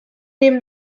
neben